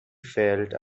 felt